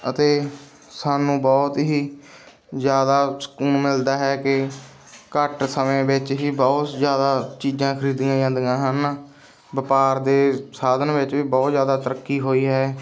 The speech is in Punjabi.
ਅਤੇ ਸਾਨੂੰ ਬਹੁਤ ਹੀ ਜ਼ਿਆਦਾ ਸਕੂਨ ਮਿਲਦਾ ਹੈ ਕਿ ਘੱਟ ਸਮੇਂ ਵਿੱਚ ਹੀ ਬਹੁਤ ਜ਼ਿਆਦਾ ਚੀਜ਼ਾਂ ਖਰੀਦੀਆਂ ਜਾਂਦੀਆਂ ਹਨ ਵਪਾਰ ਦੇ ਸਾਧਨ ਵਿੱਚ ਵੀ ਬਹੁਤ ਜ਼ਿਆਦਾ ਤਰੱਕੀ ਹੋਈ ਹੈ